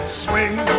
swing